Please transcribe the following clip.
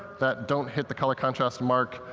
that don't hit the color contrast mark,